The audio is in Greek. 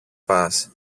πας